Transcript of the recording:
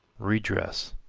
redress,